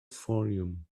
fayoum